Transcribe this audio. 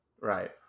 right